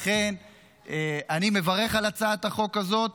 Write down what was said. לכן אני מברך על הצעת החוק הזאת,